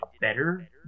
better